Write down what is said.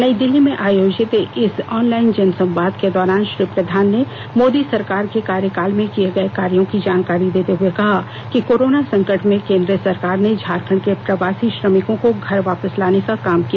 नयी दिल्ली में आयोजित इस ऑनलाइन जनसंवाद के दौरान श्री प्रधान ने मोदी सरकार के कार्यकाल में किये गए कार्यों की जानकारी देते हुए कहा कि कोरोना संकट में केंद्र सरकार ने झारखंड के प्रवासी श्रमिकों को घर वापस लाने का काम किया